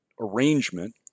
arrangement